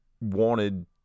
wanted